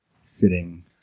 sitting